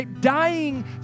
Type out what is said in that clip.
Dying